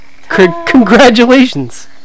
congratulations